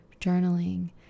journaling